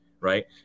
right